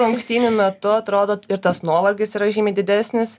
rungtynių metu atrodo ir tas nuovargis yra žymiai didesnis